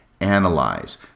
analyze